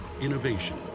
Innovation